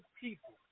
people